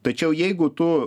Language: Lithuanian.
tačiau jeigu tu